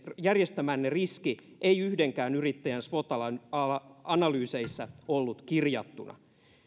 järjestämänne riski ei yhdenkään yrittäjän swot analyyseissa ollut kirjattuna